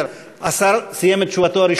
השר סיים את תשובתו הרשמית?